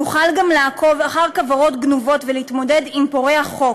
יוכל גם לעקוב אחר כוורות גנובות ולהתמודד עם פורעי החוק,